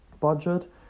budget